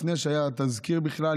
לפני שהיה תזכיר בכלל,